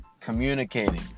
communicating